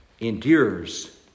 endures